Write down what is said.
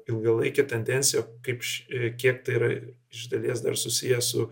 ilgalaikė tendencija kaip ši kiek tai yra iš dalies dar susiję su